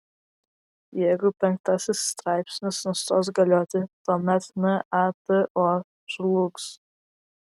jeigu penktasis straipsnis nustos galioti tuomet nato žlugs